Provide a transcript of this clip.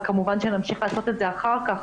וכמובן שנמשיך לעשות את זה אחר כך,